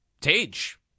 Tage